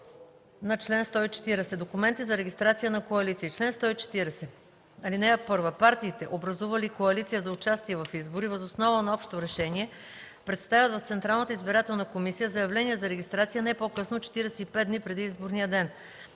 на чл. 140: „Документи за регистрация на коалиции Чл. 140. (1) Партиите, образували коалиция за участие в избори въз основа на общо решение, представят в Централната избирателна комисия заявление за регистрация не по-късно 45 дни преди изборния ден.